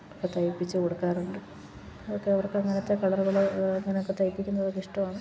ഒക്കെ തയ്പ്പിച്ചു കൊടുക്കാറുണ്ട് അതൊക്കെ അവർക്കങ്ങനത്തെ കളറുകള് അങ്ങനൊക്കെ തയ്പ്പിക്കുന്നതൊക്കെ ഇഷ്ടമാണ്